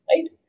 right